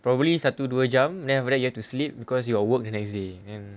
probably satu dua jam then after that you have to sleep because your work in the next day and